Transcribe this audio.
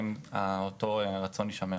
האם אותו רצון יישמר?